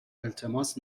التماس